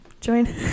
Join